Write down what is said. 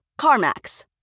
CarMax